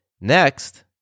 Next